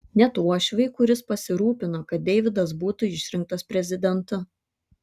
net uošviui kuris pasirūpino kad deividas būtų išrinktas prezidentu